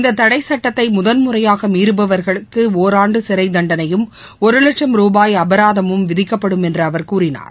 இந்ததடைசட்டத்தைமுதன்முறையாகமீறபவர்களுக்குஒராண்டுசிறைதண்டணையும் ஒருலட்சம் ருபாய் அபராதமும் விதிக்கப்படும் என்றுஅவர் கூறினார்